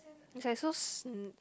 it's like so sn~